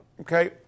Okay